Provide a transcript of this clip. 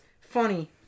funny